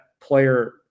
player